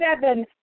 seven